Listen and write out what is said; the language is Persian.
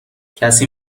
کسی